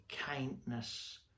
kindness